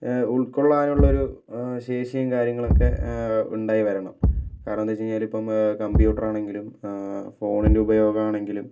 ഉൾക്കൊള്ളാനുള്ള ഒരു ശേഷിയും കാര്യങ്ങളൊക്കെ ഉണ്ടായി വരണം കാരണം എന്താന്ന് വെച്ച് കഴിഞ്ഞാലിപ്പോൾ കമ്പ്യൂട്ടർ ആണെങ്കിലും ഫോണിൻ്റെ ഉപയോഗം ആണെങ്കിലും